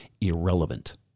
irrelevant